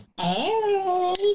Hey